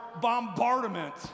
bombardment